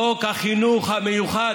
חוק החינוך המיוחד,